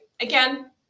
Again